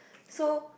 so